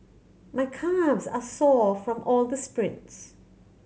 my calves are sore from all the sprints